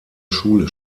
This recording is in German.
schule